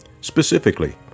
Specifically